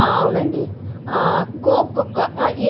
అవునండి కోక్ ఒక